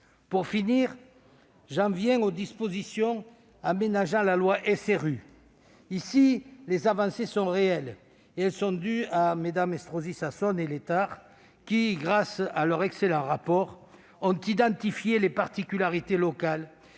Pour finir, j'en viens aux dispositions aménageant la loi SRU. Ici, les avancées sont réelles, et elles sont dues à Mmes Estrosi Sassone et Létard, qui, dans leur excellent rapport, ont identifié les particularités locales